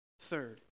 third